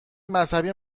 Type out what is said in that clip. مذهبی